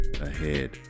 ahead